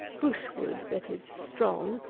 bush-wood that is strong,